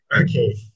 Okay